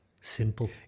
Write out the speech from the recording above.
Simple